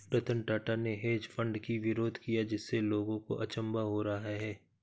रतन टाटा ने hedge fund की विरोध किया जिससे लोगों को अचंभा हो रहा है